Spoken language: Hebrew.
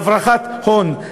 להברחת הון,